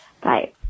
Bye